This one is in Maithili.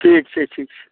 ठीक छै ठीक छै